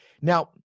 Now